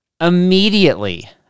Immediately